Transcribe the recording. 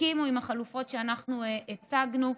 והסכימו לחלופות שאנחנו הצגנו.